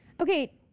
okay